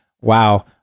wow